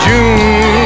June